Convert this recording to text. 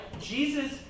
Jesus